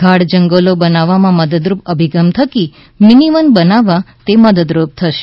ગાઢ જંગલો બનાવવામાં મદદરૂપ અભિગમ થકી મિનીવન બનાવવા તે મદદરૂપ થશે